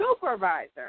supervisor